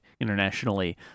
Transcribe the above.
internationally